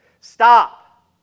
stop